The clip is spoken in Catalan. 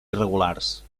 irregulars